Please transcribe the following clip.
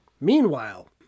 Meanwhile